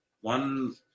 one